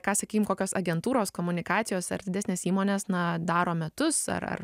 ką sakykim kokios agentūros komunikacijos ar didesnės įmonės na daro metus ar ar